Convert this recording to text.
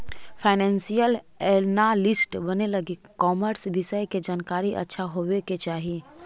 financial analyst बने लगी commerce विषय के जानकारी अच्छा होवे के चाही